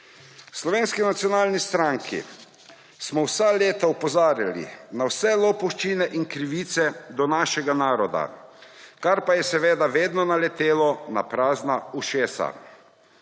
Slovenski nacionalni stranki smo vsa leta opozarjali na vse lopovščine in krivice do našega naroda, kar pa je seveda vedno naletelo na prazna ušesa.